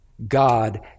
God